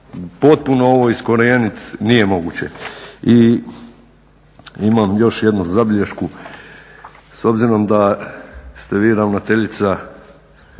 potpuno ovo iskorijeniti nije moguće. I imam još jednu zabilješku. S obzirom da ste vi ravnateljica